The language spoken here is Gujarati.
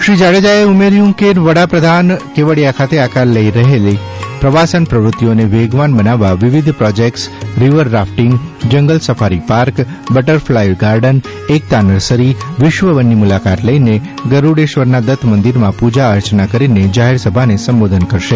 મંત્રીશ્રી જાડેજાએ ઉમેર્યું કે વડાપ્રધાનશ્રી કેવડિયા ખાતે આકાર લઇ રહેલી પ્રવાસન પ્રવૃત્તિઓને વેગવાન બનાવવા વિવિધ projects river rafting jungle safari park butterfly garden Ekta nursery વિશ્વવનની મુલાકાત લઇને ગરૂડેશ્વરના દત્ત મંદિરમાં પૂજા અર્ચન કરીને જાહેર સભાને સંબોધન કરશે